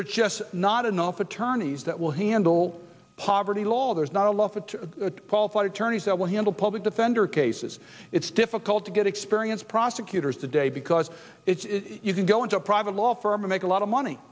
they're just not enough attorneys that will handle poverty law there's not a lot to qualified attorneys that will handle public defender cases it's difficult to get experience prosecutors today because it's you can go into a private law firm make a lot of money